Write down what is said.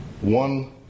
one